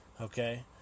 okay